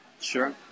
Sure